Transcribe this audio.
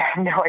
No